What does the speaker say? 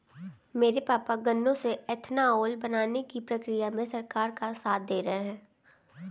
मेरे पापा गन्नों से एथानाओल बनाने की प्रक्रिया में सरकार का साथ दे रहे हैं